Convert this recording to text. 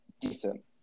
decent